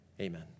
Amen